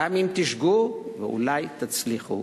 גם אם תשגו, ואולי תצליחו".